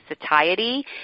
satiety